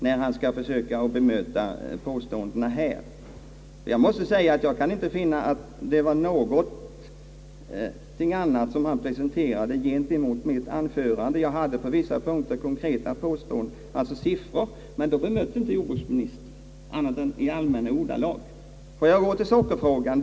Något bemötande i sak har han knappast presterat, i varje fall inte gentemot mitt anförande. Jag hade på vissa punkter konkreta siffror, men dem bemötte han inte annat än i allmänna ordalag. Låt mig ta upp sockerfrågan.